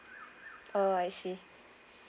oh I see